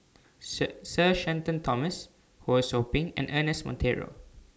Sir share Shenton Thomas Ho SOU Ping and Ernest Monteiro